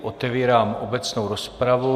Otevírám obecnou rozpravu.